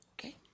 Okay